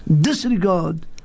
disregard